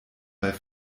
bei